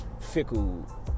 fickle